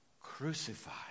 crucified